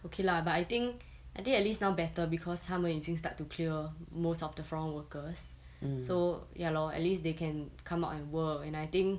okay lah but I think I think at least now better because 他们已经 start to clear most of the foreign workers so ya lor at least they can come out and work and I think